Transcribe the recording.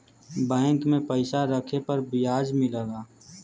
bank में पइसा रखे पर बियाज मिलला